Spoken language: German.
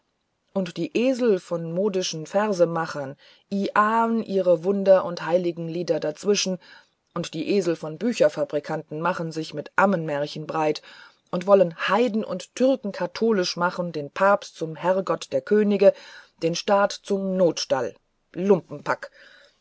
und die esel von modischen versemachern iahen ihre wunder und heiligenlieder dazwischen und die esel von bücherfabrikanten machen sich mit ammenmärchen breit und wollen heiden und türken katholisch machen den papst zum herrgott der könige den staat zum notstall lumpenpack